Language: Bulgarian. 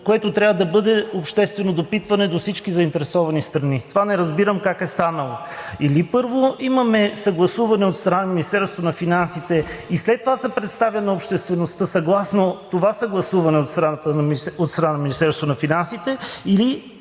което трябва да бъде обществено допитване до всички заинтересовани страни? Това не разбирам как е станало?! Или първо имаме съгласуване от страна на Министерството на финансите и след това се представя на обществеността съгласно това съгласуване от страна на Министерството на финансите,